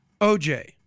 OJ